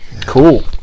Cool